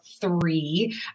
three